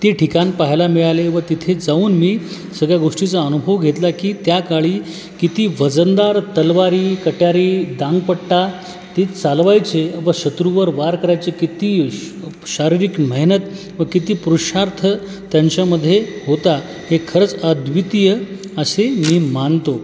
ते ठिकाण पाहायला मिळाले व तिथे जाऊन मी सगळ्या गोष्टीचा अनुभव घेतला की त्या काळी किती वजनदार तलवारी कट्यारी दांडपट्टा ते चालवायचे व शत्रूवर वार करायचे किती श शारीरिक मेहनत व किती पुरुषार्थ त्यांच्यामधे होता हे खरंच अद्वितीय असे मी मानतो